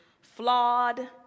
flawed